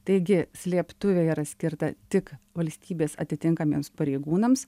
taigi slėptuvė yra skirta tik valstybės atitinkamiems pareigūnams